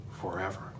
forever